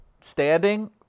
standing